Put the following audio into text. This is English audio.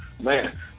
man